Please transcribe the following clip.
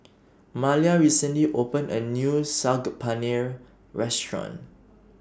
Malia recently opened A New Saag Paneer Restaurant